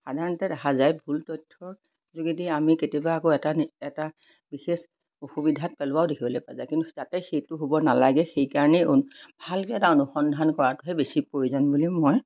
সাধাৰণতে দেখা যায় ভুল তথ্যৰ যোগেদি আমি কেতিয়াবা আকৌ এটা এটা বিশেষ অসুবিধাত পেলোৱাও দেখিবলৈ পোৱা যায় কিন্তু তাতে সেইটো হ'ব নালাগে সেইকাৰণেই অন ভালকৈ এটা অনুসন্ধান কৰাটোহে বেছি প্ৰয়োজন বুলি মই